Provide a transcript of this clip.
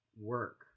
work